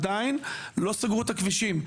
עדיין לא סגרו את הכבישים.